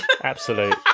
Absolute